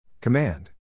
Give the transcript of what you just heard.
Command